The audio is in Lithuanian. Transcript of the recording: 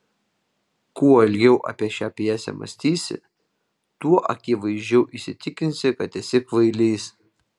kuo ilgiau apie šią pjesę mąstysi tuo akivaizdžiau įsitikinsi kad esi kvailys